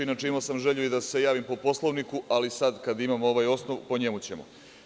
Inače, imao sam želju i da se javim po Poslovniku, ali sada kada imam ovaj osnov, po njemu ću.